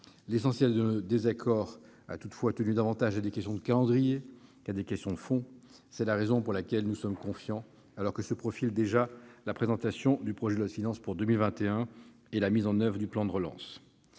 L'essentiel de nos désaccords a toutefois davantage porté sur des questions de calendrier que sur des sujets de fond. C'est la raison pour laquelle nous sommes confiants alors que se profilent déjà la présentation du projet de loi de finances pour 2021 et la mise en oeuvre du plan de relance.